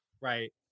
right